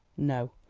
no,